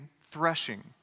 threshing